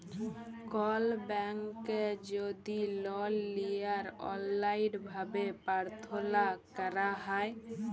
call ব্যাংকে যদি লল লিয়ার অললাইল ভাবে পার্থলা ক্যরা হ্যয়